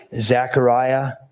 Zechariah